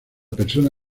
persona